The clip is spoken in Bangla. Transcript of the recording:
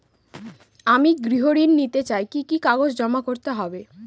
আমি গৃহ ঋণ নিতে চাই কি কি কাগজ জমা করতে হবে?